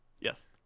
Yes